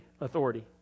authority